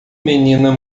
menina